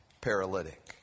paralytic